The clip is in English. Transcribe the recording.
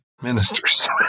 ministers